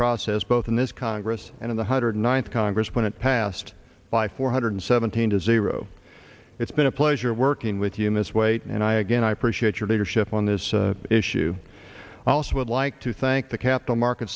process both in this congress and in the hundred ninth congress when it passed by four hundred seventeen to zero it's been a pleasure working with you miss weight and i again i appreciate your leadership on this issue i also would like to thank the capital market